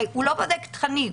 הוא הרי לא בודק תכנים.